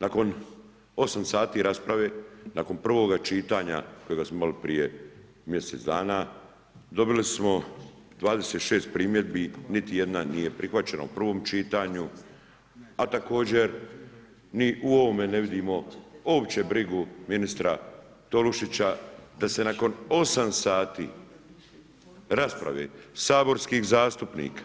Nakon 8 sati rasprave, nakon prvoga čitanja kojega smo imali prije mjesec dana, dobili smo 26 primjedbi, niti jedna nije prihvaćena u prvom čitanju a također ni u ovome ne vidimo uopće brigu ministra Tolušića da se nakon 8 sati rasprave saborskih zastupnika